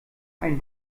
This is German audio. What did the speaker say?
einen